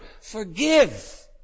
forgive